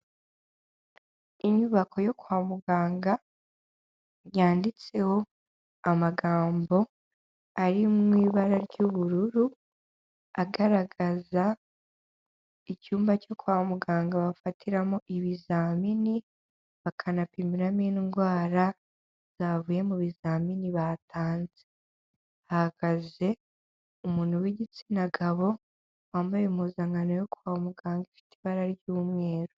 Inyubako yo kwa muganga, yanditseho amagambo ari mu ibara ry'ubururu agaragaza icyumba cyo kwa muganga bafatiramo ibizamini bakanapimiramo indwara zavuye mu bizamini batanze, hahakaze umuntu w'igitsina gabo wambaye impuzankano yo kwa muganga ifite ibara ry'umweru.